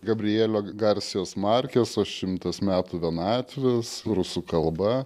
gabrielė garsios markės o šimtas metų vienatvės rusų kalba